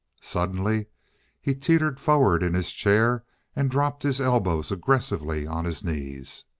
suddenly he teetered forward in his chair and dropped his elbows aggressively on his knees.